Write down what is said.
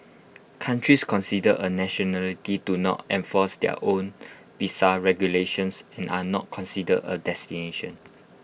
countries considered A nationality do not enforce their own visa regulations and are not considered A destination